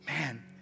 Man